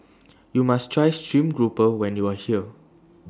YOU must Try Stream Grouper when YOU Are here